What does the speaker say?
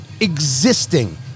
existing